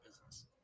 business